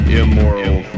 immoral